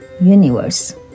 universe